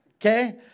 Okay